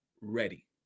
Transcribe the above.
ready